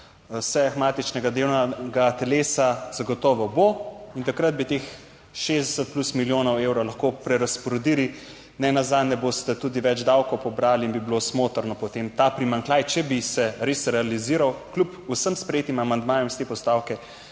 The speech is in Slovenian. sejah matičnega delovnega telesa, zagotovo bo in takrat bi teh 60 plus milijonov evrov lahko prerazporedili. Nenazadnje boste tudi več davkov pobrali in bi bilo smotrno potem ta primanjkljaj, če bi se res realiziral, kljub vsem sprejetim amandmajem iz te postavke,